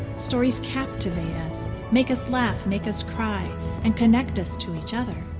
stories captivate us, make us laugh, make us cry and connect us to each other.